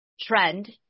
trend